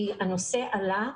כי הנושא עלה,